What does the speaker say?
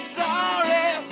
sorry